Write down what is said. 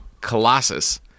colossus